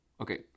Okay